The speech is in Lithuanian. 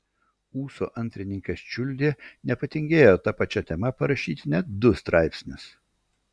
ūso antrininkas čiuldė nepatingėjo ta pačia tema parašyti net du straipsnius